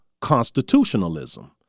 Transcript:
constitutionalism